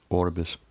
orbis